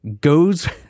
Goes